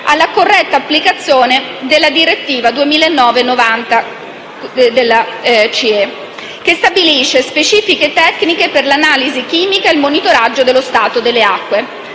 alla non corretta applicazione della direttiva 2009/90/CE, che stabilisce specifiche tecniche per l'analisi chimica e il monitoraggio dello stato delle acque.